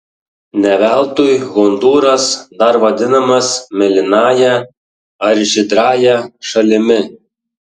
ne veltui hondūras dar vadinamas mėlynąja ar žydrąja šalimi